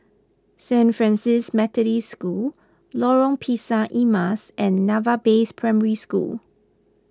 Saint Francis Methodist School Lorong Pisang Emas and Naval Base Primary School